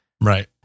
Right